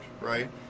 right